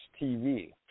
TV